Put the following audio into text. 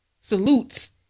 Salutes